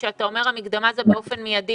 כאשר אתה אומר שהמקדמה היא באופן מיידי,